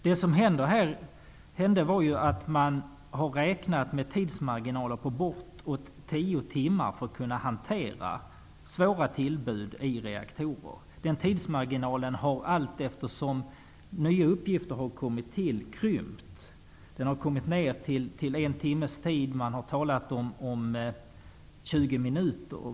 Det som hände var att man räknat med tidsmarginaler på bortåt tio timmar för att kunna hantera svåra tillbud i reaktorer. Den tidsmarginalen har krympt allteftersom nya uppgifter har kommit till. Den har kommit ner till en timmes tid. Man har talat om tjugo minuter.